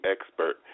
expert